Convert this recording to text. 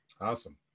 Awesome